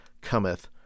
cometh